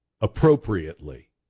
appropriately